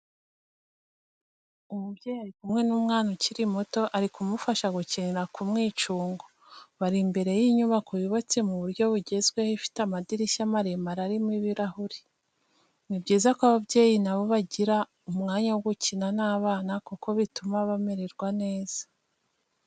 Umubyeyi ari kumwe n'umwana ukiri muto ari kumufasha gukinira ku mwicungo, bari imbere y'inyubako yubatse mu buryo bugezweho ifite amadirishya maremare arimo ibirahuri. Ni byiza ko ababyeyi nabo bagira umwanya wo gukina n'abana kuko bituma bamererwa neza.